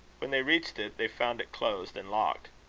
when they reached it, they found it closed and locked.